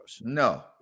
No